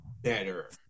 better